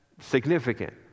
significant